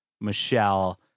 Michelle